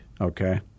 okay